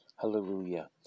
Hallelujah